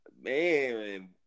man